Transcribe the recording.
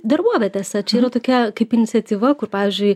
darbovietėse čia yra tokia kaip iniciatyva kur pavyzdžiui